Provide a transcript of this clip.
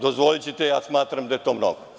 Dozvolićete, smatram da je to mnogo.